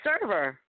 server